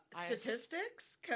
statistics